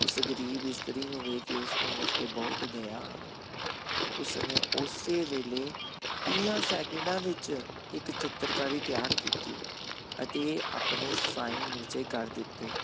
ਉਸ ਗਰੀਬ ਇਸਤਰੀ ਨੂੰ ਵੇਖ ਕੇ ਉਸਨੂੰ ਉਸ 'ਤੇ ਬਹੁਤ ਦਇਆ ਆ ਗਈ ਉਸ ਨੇ ਉਸੇ ਵੇਲੇ ਤੀਹਾਂ ਸੈਕਿੰਡਾਂ ਵਿੱਚ ਇੱਕ ਚਿੱਤਰਕਾਰੀ ਤਿਆਰ ਕੀਤੀ ਅਤੇ ਆਪਣੇ ਸਾਈਨ ਨੀਚੇ ਕਰ ਦਿੱਤੇ